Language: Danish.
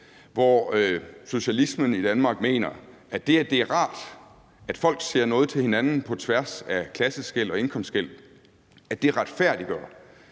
hvor socialismen i Danmark mener, at det, at det er rart, at folk ser noget til hinanden på tværs af klasseskel og indkomstskel, retfærdiggør,